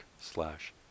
slash